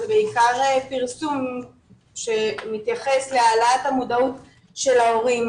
זה בעיקר פרסום שמתייחס להעלאת המודעות של ההורים,